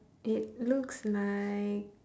it looks like